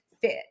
fit